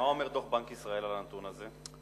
מה אומר דוח בנק ישראל על הנתון הזה?